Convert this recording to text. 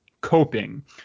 coping